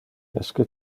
esque